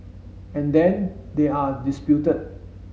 and then they are disputed